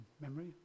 memory